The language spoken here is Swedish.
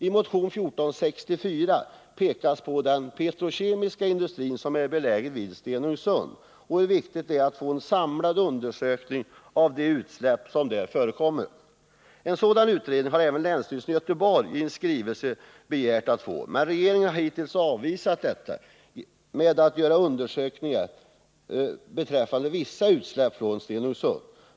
I motion 1464 pekas det på hur viktigt det är att få en samlad undersökning av det utsläpp som förekommer från den petrokemiska industri som är belägen vid Stenungsund. En sådan utredning har även länsstyrelsen i Göteborg i en skrivelse begärt att få, men regeringen har hittills avvisat detta med att det görs undersökningar beträffande vissa utsläpp från Stenungsund.